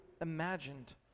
imagined